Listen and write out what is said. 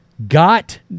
Got